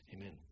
Amen